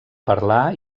parlar